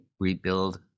rebuild